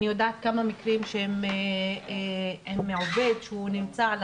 אני יודעת כמה מקרים עם עובד שנמצא על